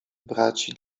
braci